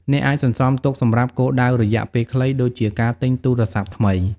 អ្នកអាចសន្សំទុកសម្រាប់គោលដៅរយៈពេលខ្លី ដូចជាការទិញទូរស័ព្ទថ្មី។